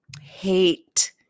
hate